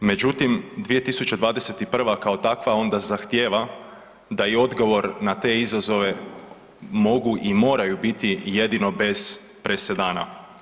Međutim, 2021. kao takva onda zahtijeva da i odgovor na te izazove mogu i moraju biti jedino bez presedana.